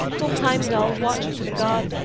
o heimdall, watcher for the gods,